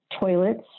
toilets